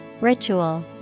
Ritual